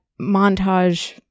montage